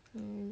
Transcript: mm